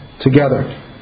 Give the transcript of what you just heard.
together